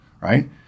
right